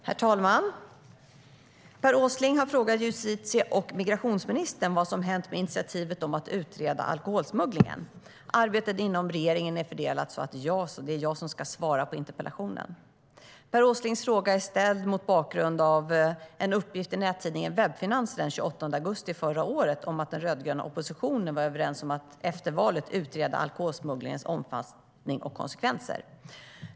Svar på interpellationer Herr talman! Per Åsling har frågat justitie och migrationsministern vad som har hänt med initiativet att utreda alkoholsmugglingen. Arbetet inom regeringen är så fördelat att det är jag som ska svara på interpellationen. Per Åslings fråga är ställd mot bakgrund av en uppgift i nättidningen Webfinanser den 28 augusti förra året om att den rödgröna oppositionen var överens om att efter valet utreda alkoholsmugglingens omfattning och konsekvenser.